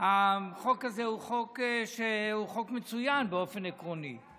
שהחוק הזה הוא חוק שהוא חוק מצוין באופן עקרוני.